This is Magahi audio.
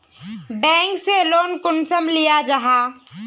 बैंक से लोन कुंसम लिया जाहा?